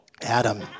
Adam